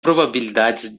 probabilidades